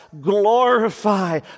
glorify